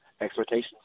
expectations